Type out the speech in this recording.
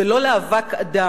ולא לאבק אדם